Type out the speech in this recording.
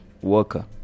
worker